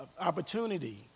opportunity